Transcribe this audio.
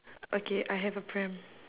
okay I have a pram